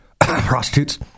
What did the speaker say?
prostitutes